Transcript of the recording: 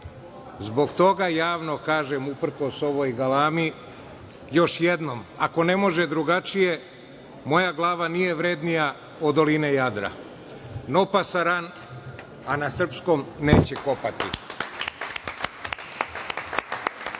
Zbog toga javno kažem, uprkos ovoj galami, još jednom, ako ne može drugačije, moja glava nije vrednija od doline Jadra. Non pasaran, a na srpskom - neće kopati.